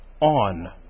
on